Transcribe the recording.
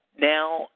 now